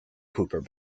kuiper